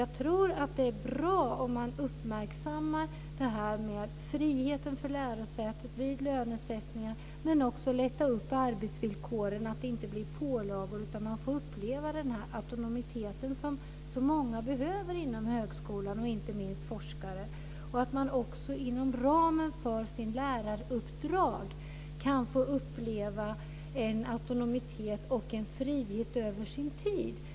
Jag tror att det är bra om man uppmärksammar friheten för lärosätet vid lönesättning men också att lätta upp arbetsvillkoren, så att det inte blir pålagor utan man får uppleva den autonomitet som många behöver inom högskolan, inte minst forskare, och att man också inom ramen för sitt läraruppdrag kan få uppleva en autonomitet och en frihet i sin tid.